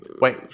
Wait